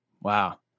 Wow